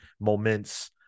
moments